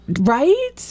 Right